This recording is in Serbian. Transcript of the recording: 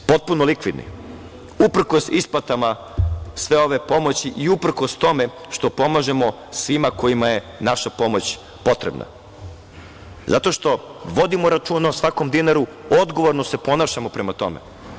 Potpuno likvidni uprkos isplatama sve ove pomoći i uprkos tome što pomažemo svima kojima je naša pomoć potrebna, zato što vodimo računa o svakom dinaru, odgovorno se ponašamo prema tome.